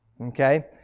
Okay